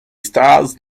stars